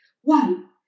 One